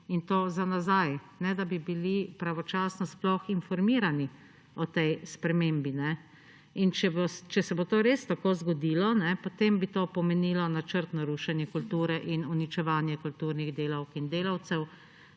in to za nazaj, ne da bi bili pravočasno sploh informirani o tej spremembi. Če se bo to res tako zgodilo, potem bi to pomenilo načrtno rušenje kulture in uničevanje kulturnih delavk in delavcev.